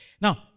Now